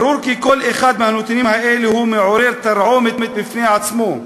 ברור כי כל אחד מהנתונים האלה מעורר תרעומת בפני עצמו,